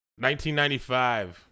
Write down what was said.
1995